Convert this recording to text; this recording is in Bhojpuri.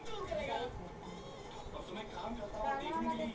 कवनो घरेलू उपाय बताया माटी चिन्हे के?